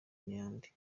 n’ayandi